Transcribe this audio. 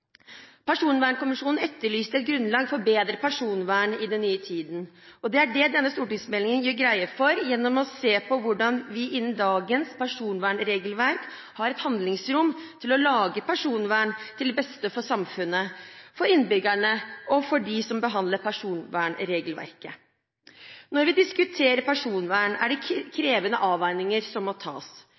Personvernkommisjonen etterlyste et grunnlag for bedre personvern i den nye tiden, og det er det denne stortingsmeldingen gjør greie for gjennom å se på hvordan vi innen dagens personvernregelverk har et handlingsrom til å lage personvern til det beste for samfunnet, for innbyggerne og for dem som behandler personvernregelverket. Når vi diskuterer personvern, er det krevende avveininger som må tas.